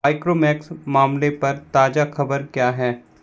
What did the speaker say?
आइक्रोमैक्स मामले पर ताज़ा खबर क्या है